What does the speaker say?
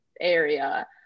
area